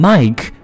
Mike